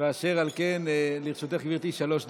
אשר על כן, לרשותך, גברתי, שלוש דקות.